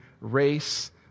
race